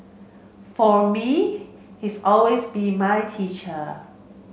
for me he's always be my teacher